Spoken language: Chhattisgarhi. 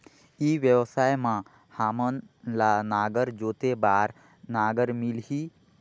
ई व्यवसाय मां हामन ला नागर जोते बार नागर मिलही?